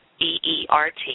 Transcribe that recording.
E-E-R-T